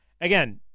again